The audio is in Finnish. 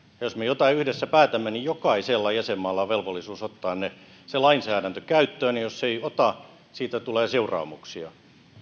jos me jotain yhdessä päätämme niin jokaisella jäsenmaalla on velvollisuus ottaa se lainsäädäntö käyttöön ja jos ei ota siitä tulee seuraamuksia